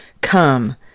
come